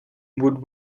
would